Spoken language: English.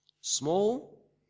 Small